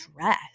dress